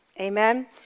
Amen